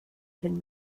cyn